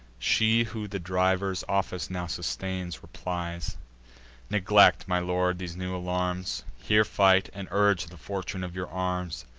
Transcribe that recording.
she who the driver's office now sustains, replies neglect, my lord, these new alarms here fight, and urge the fortune of your arms